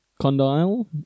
condyle